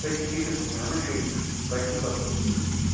thirty six اوس مےٚ اَنُن شیٚترٕٛہ تۄہہِ چھُو ستترٕٛہ سوٗزمُت